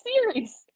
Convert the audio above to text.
series